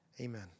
Amen